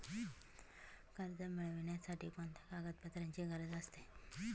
कर्ज मिळविण्यासाठी कोणत्या कागदपत्रांची गरज असते?